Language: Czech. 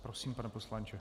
Prosím, pane poslanče.